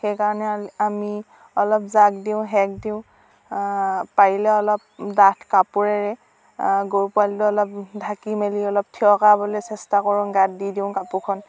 সেইকাৰণে আমি আমি অলপ জাক দিওঁ সেক দিওঁ পাৰিলে অলপ ডাঠ কাপোৰেৰে গৰু পোৱালীটো অলপ ঢাকি মেলি অলপ ঠিয় কৰাবলৈ চেষ্টা কৰোঁ গাত দি দিওঁ কাপোৰখন